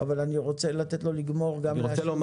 אבל אני רוצה לתת לו לסיים ולהשיב גם